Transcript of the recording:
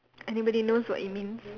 anybody knows what it means